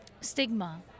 stigma